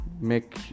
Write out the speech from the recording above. make